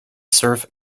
surf